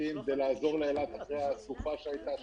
תשתיתיים כדי לעזור לאילת אחרי התקופה שהייתה שם.